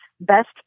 best